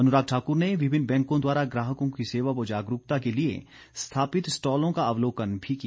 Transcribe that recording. अनुराग ठाकुर ने विभिन्न बैंकों द्वारा ग्राहकों की सेवा व जागरूकता के लिए स्थापित स्टॉलों का अवलोकन भी किया